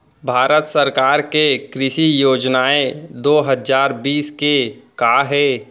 भारत सरकार के कृषि योजनाएं दो हजार बीस के का हे?